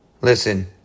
Listen